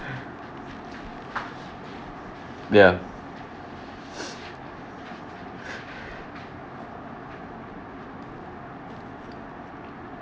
ya